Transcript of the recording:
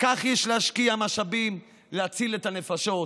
כך יש להשקיע משאבים בלהציל את הנפשות.